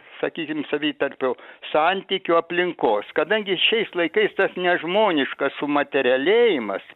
sakykim savitarpio santykių aplinkos kadangi šiais laikais tas nežmoniškas sumaterialėjimas